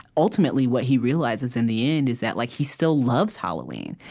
ultimately, what he realizes in the end is that like he still loves halloween.